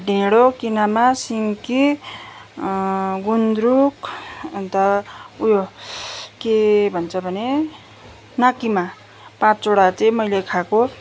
ढेँडो किनेमा सिन्की गुन्द्रुक अन्त उयो के भन्छ भने नाकिमा पाँचवटा चाहिँ मैले खाएको